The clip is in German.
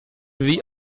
wie